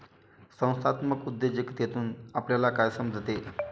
संस्थात्मक उद्योजकतेतून आपल्याला काय समजते?